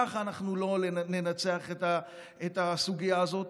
ככה לא ננצח את הסוגיה הזאת.